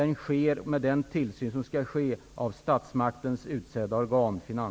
Den sker med den tillsyn som skall ske av statsmaktens utsedda organ,